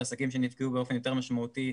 לעסקים שנפגעו באופן יותר משמעותי,